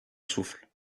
souffle